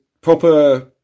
proper